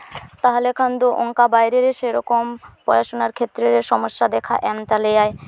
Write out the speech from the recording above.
ᱛᱟᱦᱚᱞᱮᱠᱷᱟᱱ ᱫᱚ ᱚᱱᱠᱟ ᱵᱟᱭᱨᱮ ᱨᱮ ᱥᱮᱨᱚᱠᱚᱢ ᱯᱚᱲᱟᱥᱩᱱᱟ ᱠᱷᱮᱛᱛᱨᱮ ᱨᱮ ᱥᱚᱢᱚᱥᱥᱟ ᱫᱮᱠᱷᱟ ᱮᱢ ᱛᱟᱞᱮᱭᱟᱭ